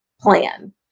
plan